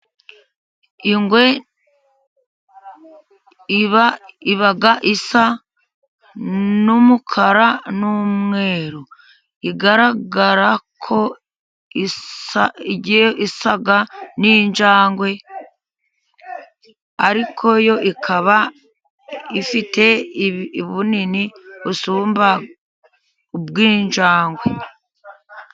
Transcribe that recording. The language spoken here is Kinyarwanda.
Ingwe iba isa n'umukara, n'umweru, igaragara ko isa igiye isa n'injangwe, ariko yo ikaba ifite ubunini busumba ubw'injangwe.